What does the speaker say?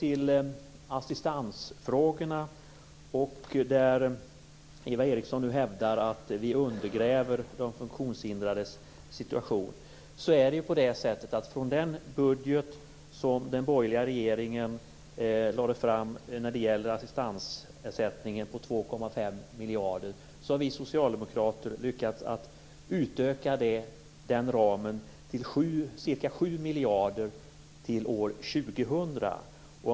I assistansfrågan hävdar Eva Eriksson att vi undergräver de funktionshindrades situation. I den budget som den borgerliga regeringen lade fram var assistansersättningen på 2,5 miljarder. Vi socialdemokrater har lyckats att utöka den ramen till ca 7 miljarder till år 2000.